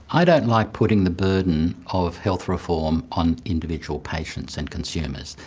i don't like putting the burden of health reform on individual patients and consumers.